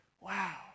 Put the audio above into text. wow